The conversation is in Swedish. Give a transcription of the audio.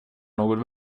något